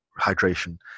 hydration